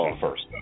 first